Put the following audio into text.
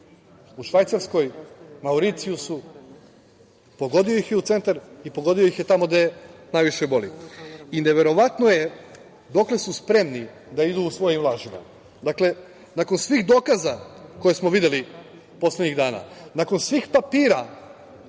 u Švajcarskoj, Mauricijusu. Pogodio ih je u centar i pogodio ih je tamo gde najviše boli. Neverovatno je dokle su spremni da idu u svojim lažima. Dakle, nakon svih dokaza koje smo videli poslednjih dana, nakon svih papira